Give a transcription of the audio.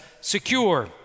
secure